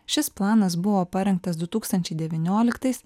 šis planas buvo parengtas du tūkstančiai devynioliktais